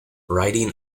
writing